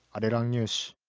arirang news